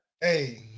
Hey